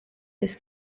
his